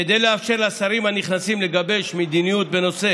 כדי לאפשר לשרים הנכנסים לגבש מדיניות בנושא